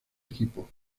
equipo